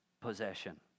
possession